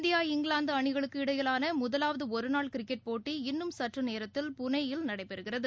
India England அணிகளுக்கு இடையிலான முதலாவது ஒருநாள் கிரிக்கெட் போட்டி இன்னும் சற்று நேரத்தில் புனேயில் நடைபெறுகிறது